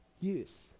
use